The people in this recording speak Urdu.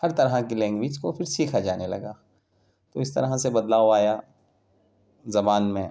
ہر طرح کی لینگویج کو پھر سیکھا جانے لگا تو اس طرح سے بدلاؤ آیا زبان میں